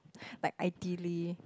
like ideally